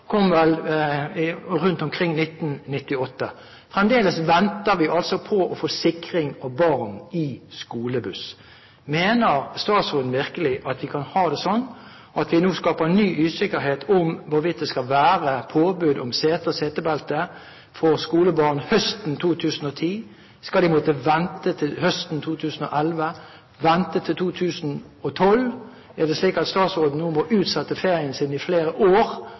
kom vel i 1998. Fremdeles venter vi på å få sikring av barn i skolebuss. Mener statsråden virkelig at vi nå skal skape ny usikkerhet om hvorvidt det skal være påbud om sete og setebelte for skolebarn i buss fra høsten 2010? Skal de måtte vente til høsten 2011 eller vente til 2012? Er det slik at statsråden nå må utsette ferien sin i flere år